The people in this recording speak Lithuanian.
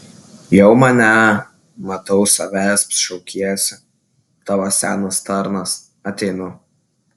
jau mane matau savęsp šaukiesi tavo senas tarnas ateinu